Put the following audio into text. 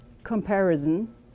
comparison